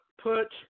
put